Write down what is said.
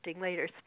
later